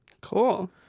cool